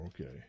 okay